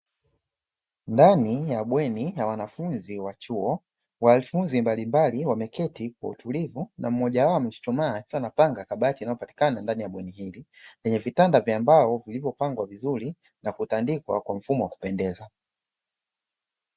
Ndani ya bweni ya wanafunzi wa chuo. Wanafunzi mbalimbali wameketi kwa utulivu na mmoja wao amechuchumaa akiwa anapanga kabati inayopatikana ndani ya bweni hili, lenye vitanda vya mbao vilivyopangwa vizuri na kutandikwa kwa mfumo wa kupendeza.